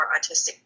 autistic